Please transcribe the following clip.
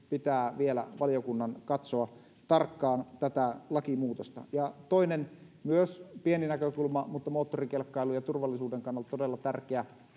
pitää vielä valiokunnan katsoa tarkkaan tätä lakimuutosta toinen myös pieni näkökulma mutta moottorikelkkailun ja turvallisuuden kannalta todella tärkeä